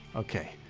okay,